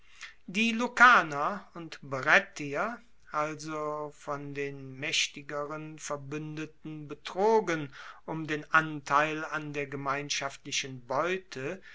die lucaner und brettier also von den maechtigeren verbuendeten betrogen um den anteil an der gemeinschaftlichen beute